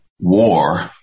war